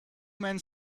men